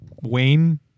Wayne